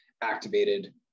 activated